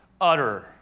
utter